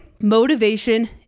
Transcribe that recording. motivation